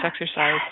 exercise